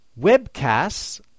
webcasts